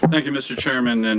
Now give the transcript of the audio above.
thank you, mr. chairman. and